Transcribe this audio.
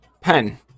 Pen